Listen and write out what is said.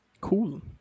cool